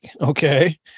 Okay